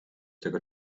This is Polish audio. tego